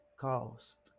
cost